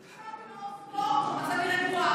אם אבי מעוז פה אז אני רגועה.